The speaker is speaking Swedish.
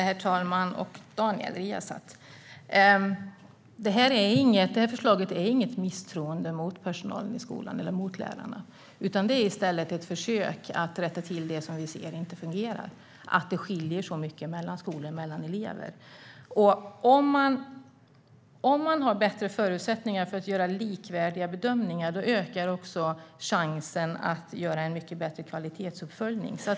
Herr talman och Daniel Riazat! Detta förslag innebär inget misstroende mot personalen och lärarna i skolan. Det är i stället ett försök att rätta till det vi ser inte fungerar, nämligen att det skiljer så mycket mellan skolor och mellan elever. Om man har bättre förutsättningar att göra likvärdiga bedömningar ökar också chansen att göra en bättre kvalitetsuppföljning.